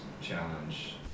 challenge